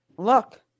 Look